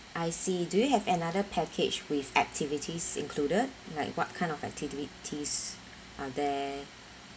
I see do you have another package with activities included like what kind of activities are there